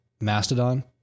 Mastodon